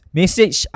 message